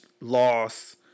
loss